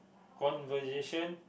conversation